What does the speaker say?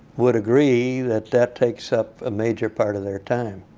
would agree that that takes up a major part of their time.